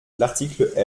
l’article